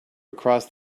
across